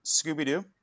scooby-doo